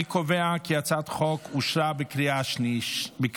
אני קובע כי הצעת החוק אושרה בקריאה השנייה.